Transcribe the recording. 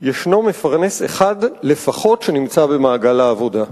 ישנו מפרנס אחד לפחות שנמצא במעגל העבודה.